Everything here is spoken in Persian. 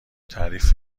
تعریف